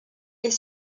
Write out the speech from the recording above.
est